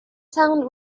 sound